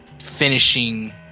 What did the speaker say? finishing